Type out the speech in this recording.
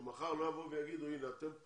שמחר לא יבואו ויגידו שאתם פה,